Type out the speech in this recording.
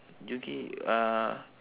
jockey uh